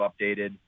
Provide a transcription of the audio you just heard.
updated